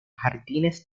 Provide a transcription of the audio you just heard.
jardines